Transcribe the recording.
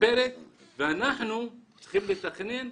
אנחנו צריכים לתכנן.